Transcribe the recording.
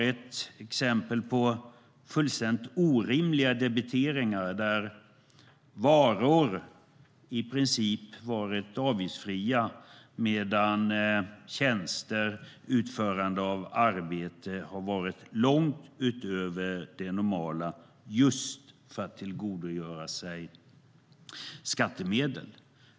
Ett exempel på fullständigt orimliga debiteringar är när varor i princip varit avgiftsfria medan tjänster och utförande av arbete har debiterats långt utöver det normala just för att tillgodogöra sig skattemedel.